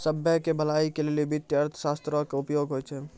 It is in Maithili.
सभ्भे के भलाई के लेली वित्तीय अर्थशास्त्रो के उपयोग होय छै